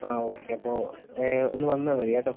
ആ ഓക്കെ അപ്പോൾ ഒന്ന് വന്നാൽ മതി കേട്ടോ